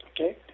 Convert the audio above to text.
okay